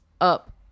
up